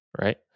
right